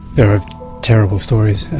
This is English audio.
there are terrible stories, i